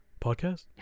Podcast